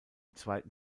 zweiten